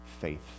faith